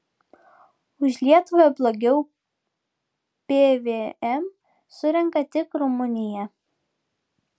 už lietuvą blogiau pvm surenka tik rumunija